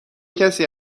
کسی